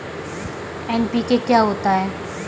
NPK क्या होता है?